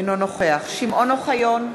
אינו נוכח שמעון אוחיון,